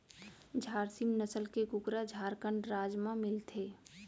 झारसीम नसल के कुकरा झारखंड राज म मिलथे